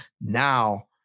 now